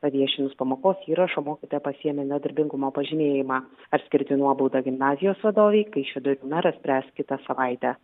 paviešinus pamokos įrašą mokytoja pasiėmė nedarbingumo pažymėjimą ar skirti nuobaudą gimnazijos vadovei kaišiadorių meras spręs kitą savaitę